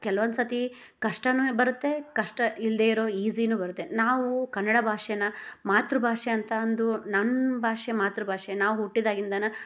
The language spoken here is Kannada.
ಕೆಲವೊಂದ್ಸರ್ತಿ ಕಷ್ಟನೂ ಬರುತ್ತೆ ಕಷ್ಟ ಇಲ್ಲದೇ ಇರೋ ಈಝಿನೂ ಬರುತ್ತೆ ನಾವು ಕನ್ನಡ ಭಾಷೆನ ಮಾತೃ ಭಾಷೆ ಅಂತ ಅಂದು ನನ್ನ ಭಾಷೆ ಮಾತೃ ಭಾಷೆ ನಾವು ಹುಟ್ಟಿದಾಗಿಂದನ